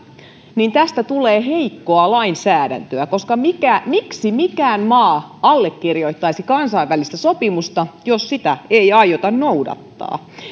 niin tästä tulee heikkoa lainsäädäntöä koska miksi mikään maa allekirjoittaisi kansainvälistä sopimusta jos sitä ei aiota noudattaa